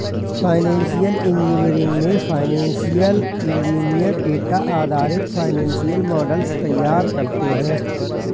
financial engineering में financial engineer data आधारित financial models तैयार करते है